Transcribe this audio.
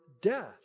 death